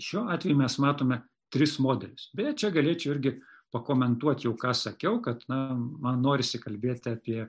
šiuo atveju mes matome tris modelius beje čia galėčiau irgi pakomentuot jau ką sakiau kad na man norisi kalbėt apie